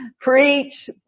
Preach